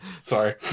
Sorry